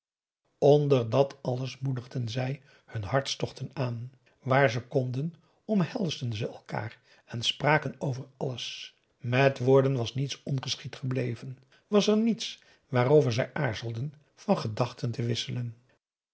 onder dat alles moedigden zij hun hartstocht aan waar ze konden omhelsden ze elkaar en spraken over alles met woorden was niets ongeschied gebleven was er niets waarover zij aarzelden van gedachten te wisselen